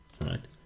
right